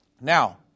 Now